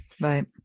Right